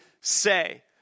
say